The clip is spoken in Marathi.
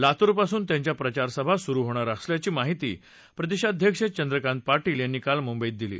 लातूर पासून त्यांच्या प्रचारसभा सुरू होणार असल्याची माहिती प्रदेशाध्यक्ष चंद्रकांत पार्शिल यांनी काल मुंबईत दिली